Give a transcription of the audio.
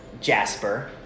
Jasper